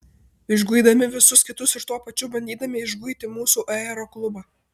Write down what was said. išguidami visus kitus ir tuo pačiu bandydami išguiti mūsų aeroklubą